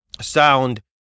sound